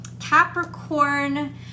capricorn